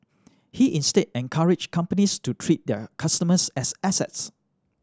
he instead encouraged companies to treat their customers as assets